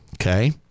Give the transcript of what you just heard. okay